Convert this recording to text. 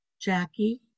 Jackie